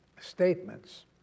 statements